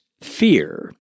fear